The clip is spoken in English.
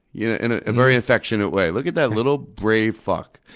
yeah in a very affectionate way, look at that little brave fuck.